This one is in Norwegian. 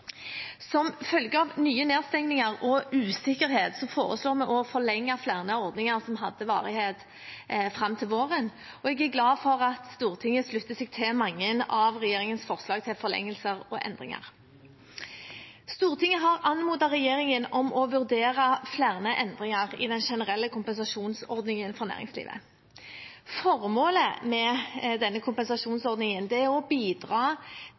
Som følge av nye nedstengninger og usikkerhet foreslår vi også å forlenge flere ordninger som hadde varighet fram til våren, og jeg er glad for at Stortinget slutter seg til mange av regjeringens forslag til forlengelser og endringer. Stortinget har anmodet regjeringen om å vurdere flere endringer i den generelle kompensasjonsordningen for næringslivet. Formålet med denne kompensasjonsordningen er å bidra